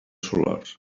solars